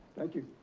thank you.